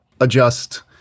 adjust